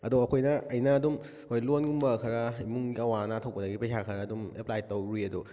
ꯑꯗꯣ ꯑꯩꯈꯣꯏꯅ ꯑꯩꯅ ꯑꯗꯨꯝ ꯍꯣꯏ ꯂꯣꯟꯒꯨꯝꯕ ꯈꯔ ꯏꯃꯨꯡꯗ ꯑꯋꯥ ꯑꯅꯥ ꯊꯣꯛꯄꯗꯒꯤ ꯄꯩꯁꯥ ꯈꯔ ꯑꯗꯨꯝ ꯑꯦꯄ꯭ꯂꯥꯏ ꯇꯧꯔꯨꯔꯤ ꯑꯗꯣ